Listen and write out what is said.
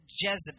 Jezebel